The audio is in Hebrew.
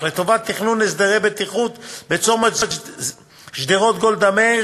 לתכנון הסדרי בטיחות בצומת שדרות גולדה מאיר,